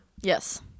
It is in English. Yes